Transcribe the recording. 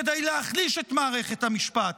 כדי להחליש את מערכת המשפט,